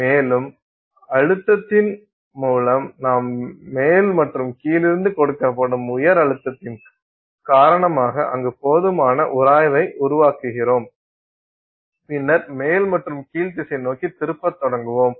மேலும் அழுத்தத்தின் மூலம் நாம் மேல் மற்றும் கீழ் இருந்து கொடுக்கப்படும் உயர் அழுத்தத்தின் காரணமாக அங்கு போதுமான உராய்வை உருவாக்குகிறோம் பின்னர் மேல் மற்றும் கீழ் திசை நோக்கி திருப்பத் தொடங்குவோம்